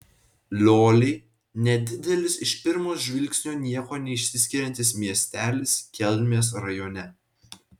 lioliai nedidelis iš pirmo žvilgsnio niekuo neišsiskiriantis miestelis kelmės rajone